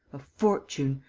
a fortune.